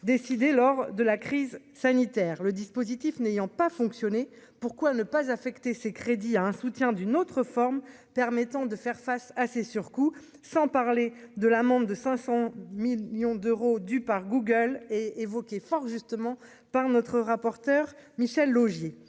décidé lors de la crise sanitaire, le dispositif n'ayant pas fonctionné, pourquoi ne pas affecter ces crédits à un soutien d'une autre forme, permettant de faire face à ces surcoûts, sans parler de l'amende de 500 millions d'euros du par Google et fort justement par notre rapporteur Michel Laugier,